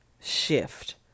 shift